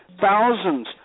Thousands